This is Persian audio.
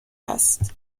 است